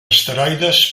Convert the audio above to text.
asteroides